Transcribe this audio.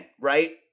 right